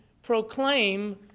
Proclaim